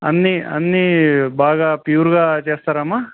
అన్నీ అన్నీ బాగా ప్యూర్గా చేస్తారామ్మా